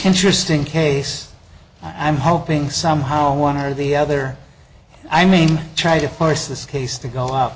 interesting case i'm hoping somehow one or the other i may try to force this case to go